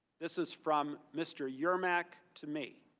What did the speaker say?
this is from mr. yermak to me.